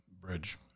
bridge